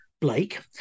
Blake